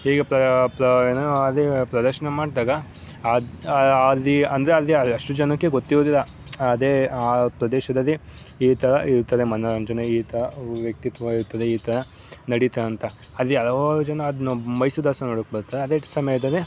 ಹೀಗೆ ಪ್ರ ಪ್ರ ಏನು ಅದ ಪ್ರದರ್ಶನ ಮಾಡಿದಾಗ ಆದ್ರೆ ಅಲ್ಲಿ ಅಂದರೆ ಅಲ್ಲಿ ಅಷ್ಟು ಜನಕ್ಕೆ ಗೊತ್ತಿರೋದಿಲ್ಲ ಅದೇ ಆ ಪ್ರದೇಶದಲ್ಲಿ ಈ ಥರ ಇರುತ್ತದೆ ಮನೋರಂಜನೆ ಈ ಥರ ವ್ಯಕ್ತಿತ್ವ ಇರುತ್ತದೆ ಈ ಥರ ನಡೀತದೆ ಅಂತ ಅಲ್ಲಿ ಹಲವಾರು ಜನ ಅದನ್ನ ಮೈಸೂರು ದಸರಾ ನೋಡೋಕೆ ಬರ್ತಾರೆ ಅದೇ ಸಮಯದಲ್ಲೆ